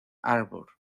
arbor